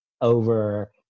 over